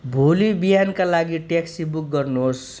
भोलि बिहानका लागि ट्याक्सी बुक गर्नुहोस्